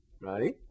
right